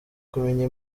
kumenya